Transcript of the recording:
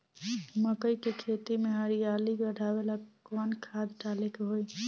मकई के खेती में हरियाली बढ़ावेला कवन खाद डाले के होई?